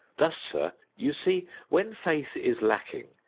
thus, sir, you see when faith is lacking,